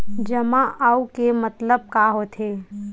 जमा आऊ के मतलब का होथे?